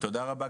תודה רבה,